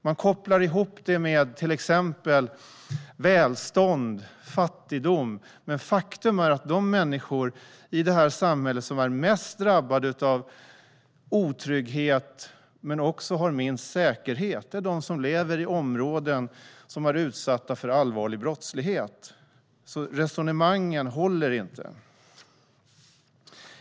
Man kopplar ihop det med till exempel välstånd och fattigdom, men faktum är att de människor i detta samhälle som är mest drabbade av otrygghet och som också har lägst säkerhet är de som lever i områden som är utsatta för allvarlig brottslighet. Resonemangen håller inte.